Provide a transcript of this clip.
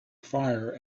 fire